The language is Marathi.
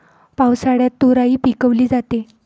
पावसाळ्यात तोराई पिकवली जाते